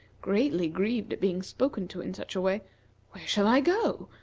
greatly grieved at being spoken to in such a way. where shall i go?